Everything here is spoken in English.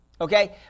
Okay